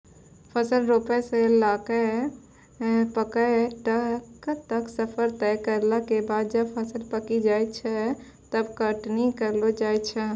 फसल रोपै स लैकॅ पकै तक के सफर तय करला के बाद जब फसल पकी जाय छै तब कटनी करलो जाय छै